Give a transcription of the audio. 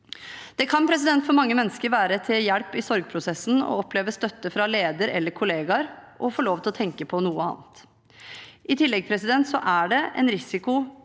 Det kan for mange mennesker være til hjelp i sorgprosessen å oppleve støtte fra leder eller kollegaer og få lov til å tenke på noe annet. I tillegg er det en risiko